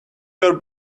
your